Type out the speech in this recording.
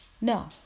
No